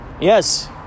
Yes